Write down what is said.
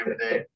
today